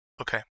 Okay